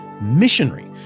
missionary